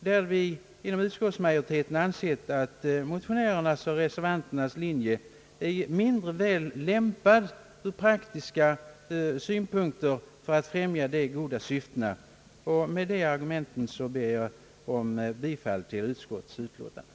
Vi har inom utskottsmajoriteten ansett att motionärernas och reservanternas linje är mindre väl lämpad ur praktiska synpunkter för att främja de goda syftena. Med dessa argument ber jag, herr talman, att få yrka bifall till utskottets utlåtande.